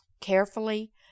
Carefully